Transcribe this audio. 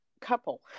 couple